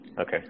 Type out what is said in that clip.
okay